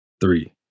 Three